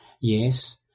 Yes